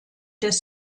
des